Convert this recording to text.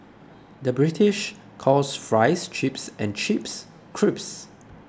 the British calls Fries Chips and Chips Crisps